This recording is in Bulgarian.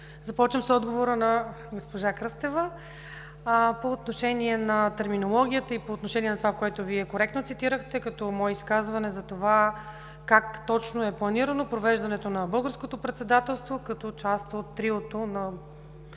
Започвам с отговора на госпожа Кръстева – по отношение на терминологията и по отношение на това, което Вие коректно цитирахте като мое изказване – за това как точно е планирано провеждането на българското председателство като част от триото на